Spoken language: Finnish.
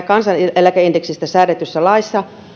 kansaneläkeindeksistä säädetyssä laissa